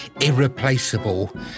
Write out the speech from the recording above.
irreplaceable